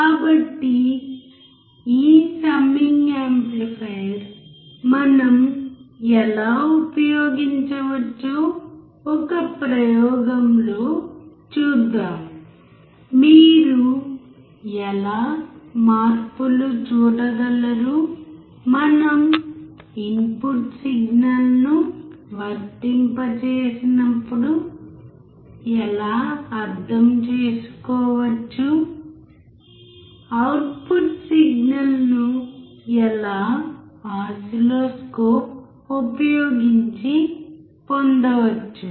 కాబట్టి ఈ summing amplifier మనం ఎలా ఉపయోగించవచ్చో ఒక ప్రయోగంలో చూద్దాం మీరు ఎలా మార్పులు చూడగలరు మనం ఇన్పుట్ సిగ్నల్ను వర్తింపజేసినప్పుడు ఎలా అర్థం చేసుకోవచ్చు అవుట్పుట్ సిగ్నల్ ఎలా ఓసిల్లోస్కోప్ ఉపయోగించి పొందవచ్చు